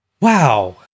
Wow